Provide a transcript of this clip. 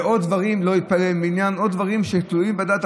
ועוד דברים: לא להתפלל במניין ועוד דברים שתלויים בדת.